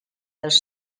dels